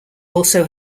also